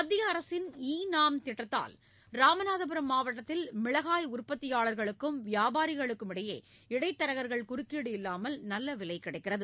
மத்திய அரசின் e NAM திட்டத்தால் ராமநாதபுரம் மாவட்டத்தில் மிளகாய் உற்பத்தியாளர்களுக்கும் வியாபாரிகளுக்கும் இடையே இடைத்தரகர்கள் குறுக்கீடு இல்லாமல் நல்லவிலை கிடைக்கிறது